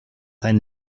ein